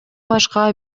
башка